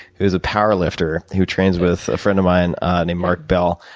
who's a power lifter, who trains with a friend of mine named mark bell.